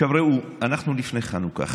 עכשיו ראו, אנחנו לפני חנוכה.